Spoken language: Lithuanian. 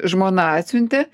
žmona atsiuntė